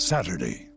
Saturday